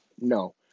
No